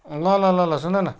ल ल ल ल सुन न